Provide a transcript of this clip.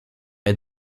est